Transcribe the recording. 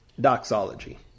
doxology